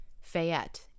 Fayette